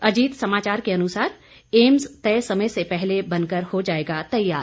अजीत समाचार के अनुसार एम्स तय समय से पहले बन कर हो जाएगा तैयार